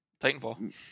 Titanfall